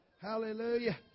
Hallelujah